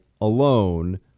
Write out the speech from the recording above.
alone